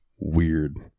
weird